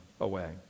away